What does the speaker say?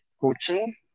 coaching